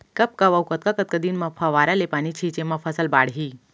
कब कब अऊ कतका कतका दिन म फव्वारा ले पानी छिंचे म फसल बाड़ही?